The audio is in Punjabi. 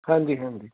ਹਾਂਜੀ ਹਾਂਜੀ